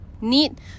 need